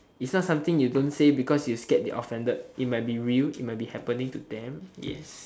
it's not something you don't say because you scared they offended it might be real it might be happening to them yes